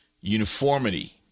uniformity